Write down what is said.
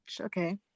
okay